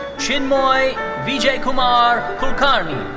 chinmoy vijaykumar kulkarni.